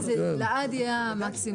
אל תעירו סתם הערות,